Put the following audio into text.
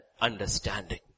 understanding